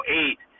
eight